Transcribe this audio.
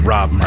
Rob